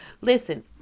listen